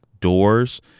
doors